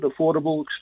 affordable